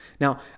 Now